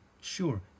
sure